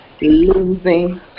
losing